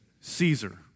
Caesar